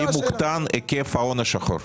האם קטן היקף ההון השחור?